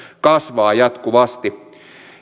kasvaa jatkuvasti